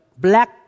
black